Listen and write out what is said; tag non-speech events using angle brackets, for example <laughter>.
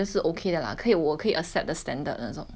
but 有些有些那种麻辣他们真的很 <noise>